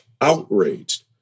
outraged